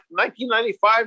1995